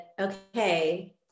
okay